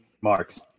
marks